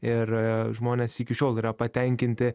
ir žmonės iki šiol yra patenkinti